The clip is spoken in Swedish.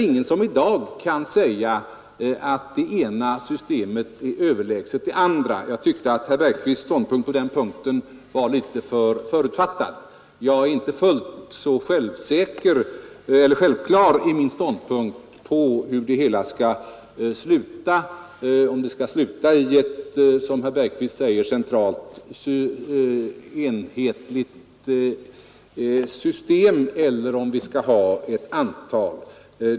Ingen kan väl i dag säga att det ena systemet är överlägset det andra. Jag tyckte att herr Bergqvist här hade en förutfattad mening, jag anser inte att det är så självklart vilken ståndpunkt vi skall ta, om det som herr Bergqvist anser skall bli ett centralt enhetligt system eller om det skall bli flera register.